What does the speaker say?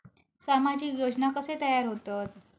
सामाजिक योजना कसे तयार होतत?